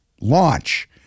launch